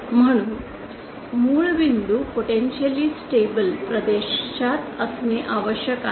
म्हणून मूळ बिंदू पोटेंशिअलि अनन्स्टेबल प्रदेशात असणे आवश्यक आहे